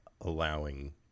allowing